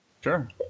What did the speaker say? Sure